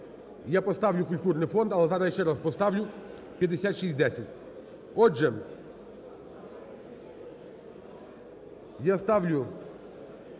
Я поставлю культурний фонд, але зараз ще раз поставлю 5610. Отже я ставлю